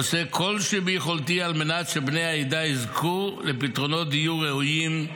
עושה כל שביכולתי על מנת שבני העדה יזכו לפתרונות דיור ראויים,